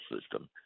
system